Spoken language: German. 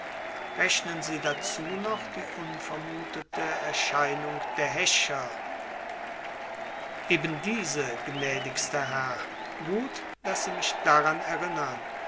rechnen sie dazu noch die unvermutete erscheinung der häscher eben diese gnädigster herr gut daß sie mich daran erinnern